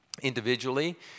individually